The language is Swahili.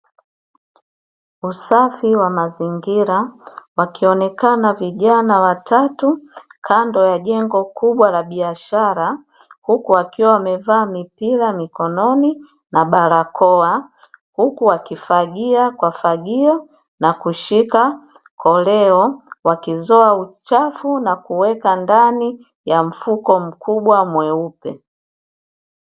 Usafi wa mazingira wakionekana vijana watatu kando ya jengo kubwa la biashara huku akiwa amevaa mipira mikononi na barakoa, huku wakifagia kwa fagio na kushika koleo wakizoa uchafu na kuweka ndani ya mfuko mkubwa mweupe.